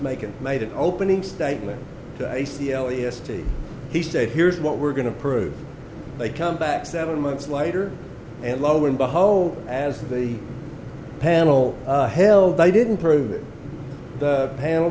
making made an opening statement yesterday he said here's what we're going to prove they come back seven months later and lo and behold as the panel hell they didn't prove that the panel